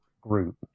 group